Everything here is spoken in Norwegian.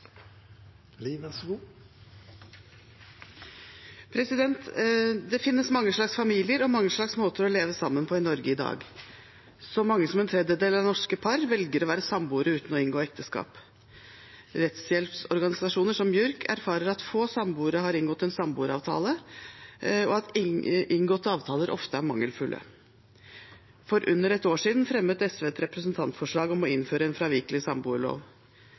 Det finnes mange slags familier og mange slags måter å leve sammen på i Norge i dag. Så mange som en tredjedel av norske par velger å være samboere uten å inngå ekteskap. Rettshjelpsorganisasjoner, som JURK, Juridisk rådgivning for kvinner, erfarer at få samboere har inngått en samboeravtale, og at inngåtte avtaler ofte er mangelfulle. For under et år siden fremmet SV et representantforslag om å innføre en fravikelig samboerlov.